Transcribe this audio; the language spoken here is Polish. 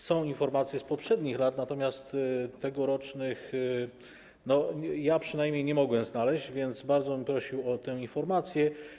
Są informacje z poprzednich lat, natomiast tegorocznych ja przynajmniej nie mogłem znaleźć, więc bardzo bym prosił o te informacje.